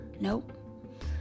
Nope